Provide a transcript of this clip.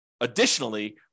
additionally